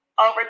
over